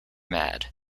mad